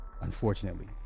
Unfortunately